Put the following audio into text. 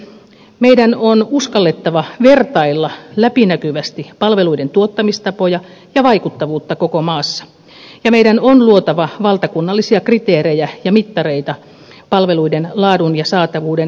meidän on uskallettava vertailla läpinäkyvästi palveluiden tuottamistapoja ja vaikuttavuutta koko maassa ja luotava valtakunnallisia kriteerejä ja mittareita palveluiden laadun ja saatavuuden mittaamiseen